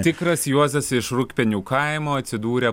tikras juozas iš rūgpienių kaimo atsidūrė